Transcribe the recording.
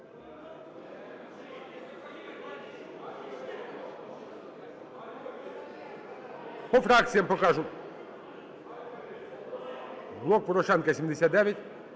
По фракціям покажу. "Блок Порошенка" –